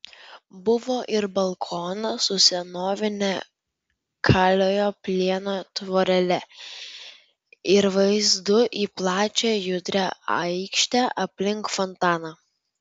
buvo ir balkonas su senovine kaliojo plieno tvorele ir vaizdu į plačią judrią aikštę aplink fontaną